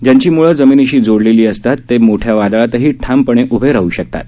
ज्याची मुळं जमिनीशी जोडलेली असतात ते मोठ मोठ्या वादळातही ठामपणे उभे राह शकतात